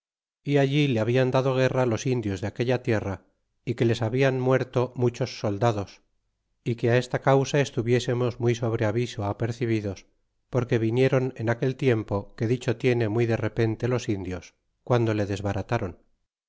y allí le hablan dado guerra los indios de aquella tierra y que les hablan muerto muchos soldados y que esta causa estuviesemos muy sobre aviso apercibidos porque viniéron en aquel tiempo que dicho tiene muy de repente los indios guando le desbarataron